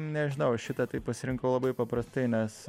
nežinau šitą tai pasirinkau labai paprastai nes